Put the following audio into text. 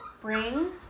brings